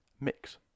Mix